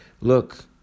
Look